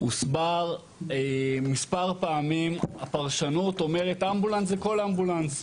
הוסבר מספר פעמים שהפרשנות האומרת אמבולנס זה כל אמבולנס.